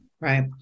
Right